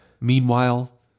Meanwhile